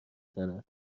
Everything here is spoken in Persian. زند